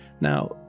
Now